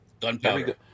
Gunpowder